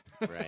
Right